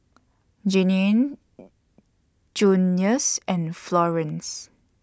Jeannine Junius and Florene